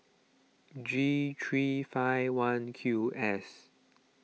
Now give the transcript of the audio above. G three five one Q S